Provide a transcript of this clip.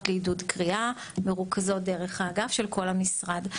לעידוד קריאה מרוכזות דרך האגף של כל המשרד.